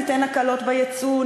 ניתן הקלות בייצוא,